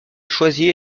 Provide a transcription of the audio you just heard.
choisie